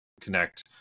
connect